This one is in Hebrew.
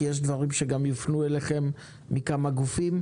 כי יהיו דברים שיופנו אליכם מכמה גופים.